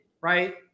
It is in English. right